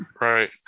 right